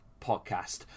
podcast